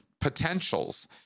potentials